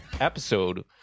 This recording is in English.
episode